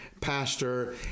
pastor